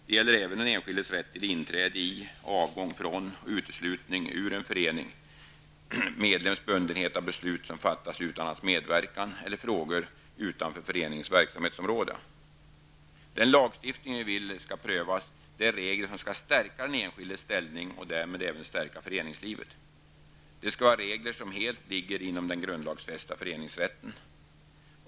Det handlar även om den enskildes rätt till inträde i, avgång från och uteslutning ur förening, medlems bundenhet av beslut som fattats utan hans medverkan eller frågor utanför föreningens verksamhetsområde. Den lagstiftning som vi vill skall prövas gäller regler som skall stärka den enskildes ställning och därmed även stärka föreningslivet. Det skall vara regler som helt ligger inom den grundlagsfästa föreningsrätten.